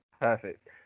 Perfect